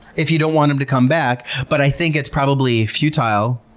if you don't want them to come back. but i think it's probably futile.